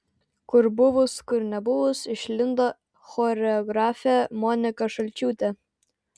kur buvus kur nebuvus išlindo choreografė monika šalčiūtė